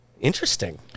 interesting